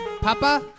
Papa